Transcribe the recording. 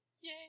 Yay